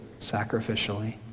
sacrificially